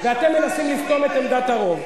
ואתם מנסים לסתום את עמדת הרוב.